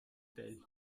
teil